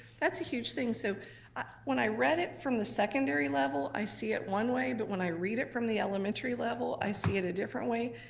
that's a huge thing. so when i read it from the secondary level i see it one way, but when i read it from the elementary level i see it a different way,